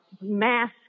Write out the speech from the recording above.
mass